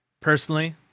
personally